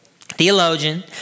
theologian